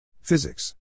physics